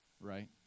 right